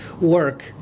work